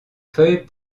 feuilles